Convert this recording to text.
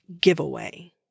giveaway